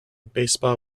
baseball